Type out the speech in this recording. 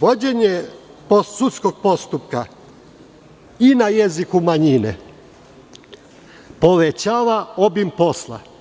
vođenje sudskog postupka na jeziku manjine povećava obim posla.